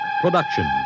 production